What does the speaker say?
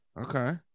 okay